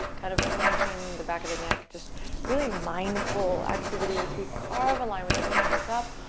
kind of crunching the back of the neck, just really mindful activity as we carve a line with the nose. look up.